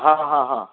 हां हां हां हां